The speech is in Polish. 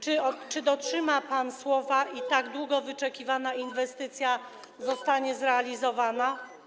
Czy dotrzyma pan słowa i tak długo wyczekiwana inwestycja zostanie zrealizowana?